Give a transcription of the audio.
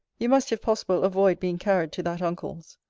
you must, if possible, avoid being carried to that uncle's.